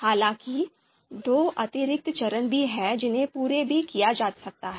हालाँकि दो अतिरिक्त चरण भी हैं जिन्हें पूरा भी किया जा सकता है